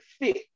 fit